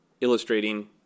illustrating